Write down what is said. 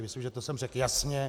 Myslím, že to jsem řekl jasně.